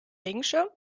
regenschirm